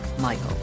Michael